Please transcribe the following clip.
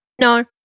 No